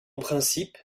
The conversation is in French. principe